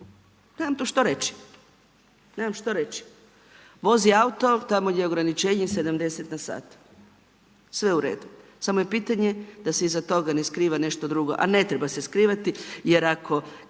nemam što reći. Vozi auto tamo gdje je ograničenje 70 na sat. Sve u redu. Samo je pitanje da se iza toga ne skriva nešto drugo, a ne treba se skrivati jer ako